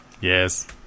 Yes